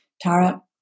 Tara